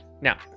now